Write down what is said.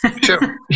sure